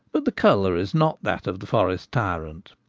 but the colour is not that of the forest tyrant.